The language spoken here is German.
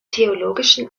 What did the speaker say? theologischen